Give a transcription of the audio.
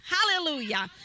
Hallelujah